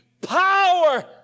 power